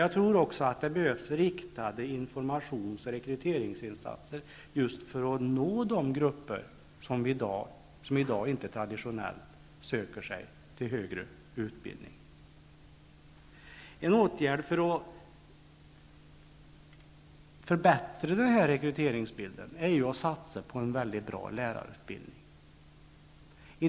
Jag tror också att det behövs riktade informations och rekryteringsinsatser just för att nå de grupper som i dag inte traditionellt söker sig till högre utbildning. En åtgärd som kan förbättra den här rekryteringsbilden är en satsning på en bra lärarutbildning.